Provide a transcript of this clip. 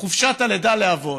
חופשת הלידה לאבות,